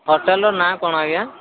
ହୋଟେଲ୍ର ନାଁ କ'ଣ ଆଜ୍ଞା